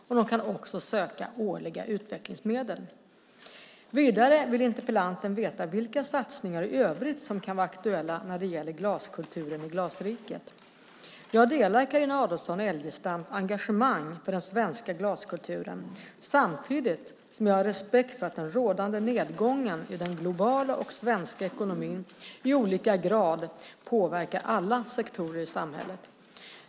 Museerna kan även söka årliga utvecklingsmedel. Vidare vill interpellanten veta vilka satsningar i övrigt som kan vara aktuella när det gäller glaskulturen i Glasriket. Jag delar Carina Adolfsson Elgestams engagemang för den svenska glaskulturen samtidigt som jag har respekt för att den rådande nedgången i den globala och svenska ekonomin i olika grad påverkar alla sektorer i samhället.